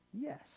Yes